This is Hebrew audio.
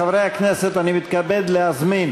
חברי הכנסת, אני מתכבד להזמין